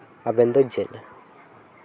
ᱟᱵᱮᱱ ᱫᱚ ᱪᱮᱫ